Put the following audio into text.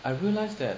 I realise that